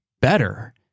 better